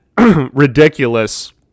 ridiculous